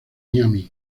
miami